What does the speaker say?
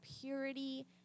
purity